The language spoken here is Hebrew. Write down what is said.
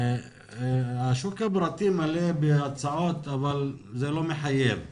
השוק הפרטי מלא בהצעות, אבל זה לא מחייב,